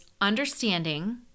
understanding